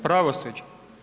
Pravosuđa.